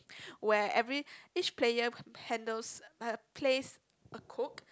where every each player handles uh plays a code